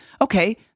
okay